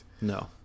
No